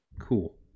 cool